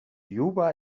juba